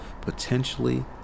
Potentially